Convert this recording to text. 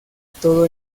todo